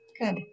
Good